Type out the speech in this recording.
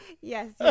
yes